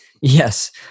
Yes